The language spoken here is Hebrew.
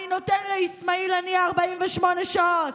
אני נותן לאיסמאעיל הנייה 48 שעות.